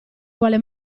quale